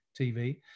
TV